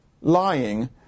lying